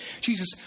Jesus